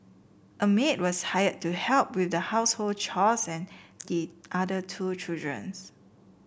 a maid was hired to help with the household chores and the other two children